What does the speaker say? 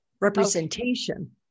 representation